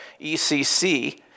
ECC